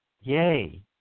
Yay